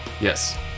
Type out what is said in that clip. Yes